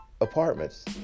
apartments